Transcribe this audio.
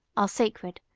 are sacred,